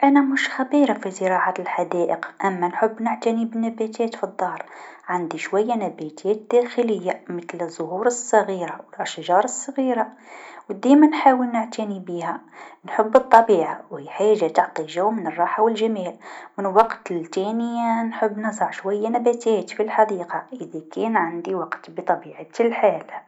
أنا مش خبيره في زراعة الحدائق أما نحب نعتني بالنباتات في الدار عندي شويا نباتات داخليه مثل الزهور الصغيره و الأشجار، و ديما نحاول نعتني بيها، نحب الطبيعه و هي حاجه تعطي جو من الراحه و الجمال و من الوقت لثاني نحب نزرع شويا نباتات في الحديقه إذا كان عندي وقت بطبيعه الحال.